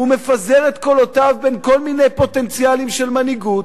הוא מפזר את קולותיו בין כל מיני פוטנציאלים של מנהיגות,